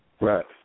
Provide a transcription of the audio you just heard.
Right